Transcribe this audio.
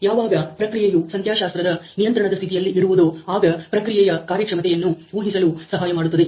ಯಾವಾಗ ಪ್ರಕ್ರಿಯೆಯು ಸಂಖ್ಯಾಶಾಸ್ತ್ರದ ನಿಯಂತ್ರಣದ ಸ್ಥಿತಿಯಲ್ಲಿ ಇರುವುದೋ ಆಗ ಪ್ರಕ್ರಿಯೆಯ ಕಾರ್ಯಕ್ಷಮತೆಯನ್ನು ಊಹಿಸಲು ಸಹಾಯ ಮಾಡುತ್ತದೆ